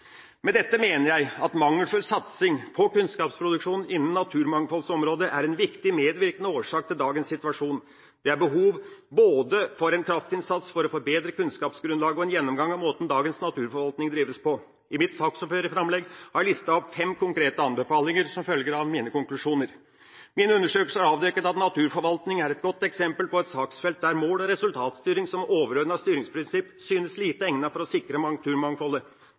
Med dette mener jeg at mangelfull satsing på kunnskapsproduksjon innenfor naturmangfoldområdet er en viktig medvirkende årsak til dagens situasjon. Det er behov for både en kraftinnsats for å forbedre kunnskapsgrunnlaget og en gjennomgang av måten dagens naturforvaltning drives på. I mitt saksordførerframlegg har jeg listet opp fem konkrete anbefalinger som følger av mine konklusjoner. Mine undersøkelser har avdekket at naturforvaltningen er et godt eksempel på et saksfelt der mål- og resultatstyring som overordnet styringsprinsipp synes lite egnet for å sikre